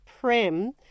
prem